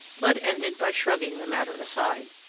blood ended by shrugging the matter aside.